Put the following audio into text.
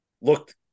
looked